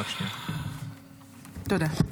תודה.